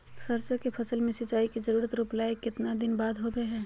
सरसों के फसल में सिंचाई के जरूरत रोपला के कितना दिन बाद होबो हय?